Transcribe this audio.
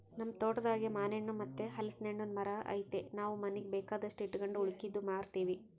ನಮ್ ತೋಟದಾಗೇ ಮಾನೆಣ್ಣು ಮತ್ತೆ ಹಲಿಸ್ನೆಣ್ಣುನ್ ಮರ ಐತೆ ನಾವು ಮನೀಗ್ ಬೇಕಾದಷ್ಟು ಇಟಗಂಡು ಉಳಿಕೇದ್ದು ಮಾರ್ತೀವಿ